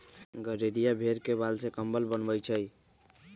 गड़ेरिया भेड़ के बाल से कम्बल बनबई छई